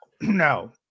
no